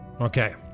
Okay